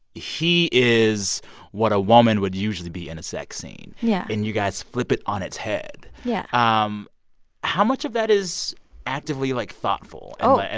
he is what a woman would usually be in a sex scene yeah and you guys flip it on its head yeah ah um how much of that is actively, like, thoughtful? oh, and